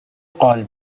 قال